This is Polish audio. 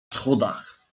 schodach